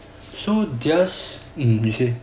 orh just you say first